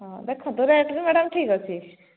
ହଁ ଦେଖନ୍ତୁ ରେଟ୍ ବି ମ୍ୟାଡମ୍ ଠିକ ଅଛି